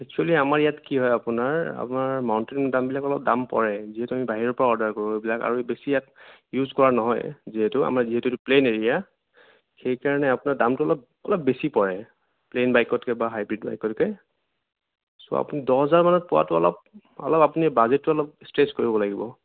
actually আমাৰ ইয়াত কি হয় আপোনাৰ আপোনাৰ মাউণ্টেইনৰ দামবিলাক অলপ দাম পৰে যিহেতু আমি বাহিৰৰ পৰা অৰ্ডাৰ কৰোঁ এইবিলাক আৰু বেছি এইবিলাক ইউজ কৰা নহয় যিহেতু আমাৰ যিহেতু এইটো প্লেইন এৰিয়া সেইকাৰণে আপোনাৰ দামটো অলপ অলপ বেছি পৰে প্লেইন বাইকতকে বা হাইব্ৰীড বাইকতকে চ' আপুনি দহ হাজাৰমানত পোৱাতো অলপ অলপ আপুনি বাজেটটো অলপ ষ্ট্ৰেছ কৰিব লাগিব